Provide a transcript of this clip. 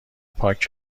پاک